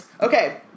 Okay